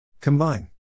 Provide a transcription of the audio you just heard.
Combine